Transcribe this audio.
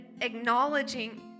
acknowledging